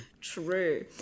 True